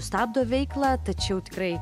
stabdo veiklą tačiau tikrai